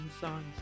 songs